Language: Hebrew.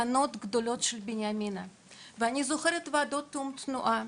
הקטנות ובבעיות הגדולות של בנימינה ואני זוכרת וועדות תום תנועה